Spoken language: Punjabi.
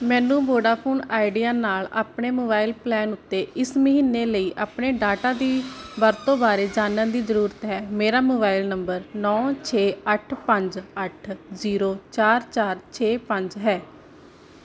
ਮੈਨੂੰ ਵੋਡਾਫੋਨ ਆਈਡੀਆ ਨਾਲ ਆਪਣੇ ਮੋਬਾਈਲ ਪਲਾਨ ਉੱਤੇ ਇਸ ਮਹੀਨੇ ਲਈ ਆਪਣੇ ਡੇਟਾ ਦੀ ਵਰਤੋਂ ਬਾਰੇ ਜਾਣਨ ਦੀ ਜ਼ਰੂਰਤ ਹੈ ਮੇਰਾ ਮੋਬਾਈਲ ਨੰਬਰ ਨੌਂ ਛੇ ਅੱਠ ਪੰਜ ਅੱਠ ਜ਼ੀਰੋ ਚਾਰ ਚਾਰ ਛੇ ਪੰਜ ਹੈ